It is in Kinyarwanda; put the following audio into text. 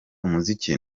umuziki